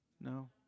No